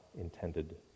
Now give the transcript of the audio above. intended